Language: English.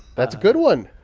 that's a good one.